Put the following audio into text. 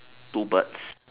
two birds